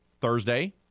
Thursday